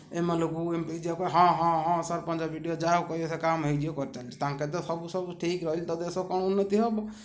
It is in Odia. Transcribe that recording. ଏମାନଙ୍କୁ ଏମିତି ଯିବାକୁ ହଁ ହଁ ହଁ ସରପଞ୍ଚ ବିଡ଼ିଓ ଯାହାକୁ ବି କହିବ କାମ୍ ହେଇଯିବ କହି ଥାଉଛି ତାଙ୍କେ ତ ସବୁ ସବୁ ଠିକ୍ ଆଉ ଦେଶର କ'ଣ ଉନ୍ନତି ହେବ